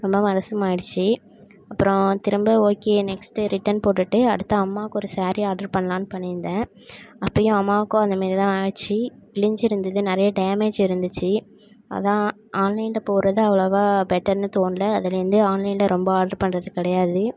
ரொம்ப மனசு மாறிடுச்சு அப்புறம் திரும்ப ஓகே நெக்ஸ்ட்டு ரிட்டன் போட்டுட்டு அடுத்து அம்மாவுக்கு ஒரு சாரீ ஆர்ட்ரு பண்ணலாம்னு பண்ணிருந்தேன் அப்பையும் அம்மாவுக்கும் அந்த மேரி தான் ஆச்சு கிழிஞ்சிருந்துது நிறைய டேமேஜ் இருந்துச்சு அதான் ஆன்லைனில் போடுறது அவ்ளோவா பெட்டர்னு தோணல அதுலருந்து ஆன்லைனில் ரொம்ப ஆர்ட்ரு பண்ணுறது கிடையாது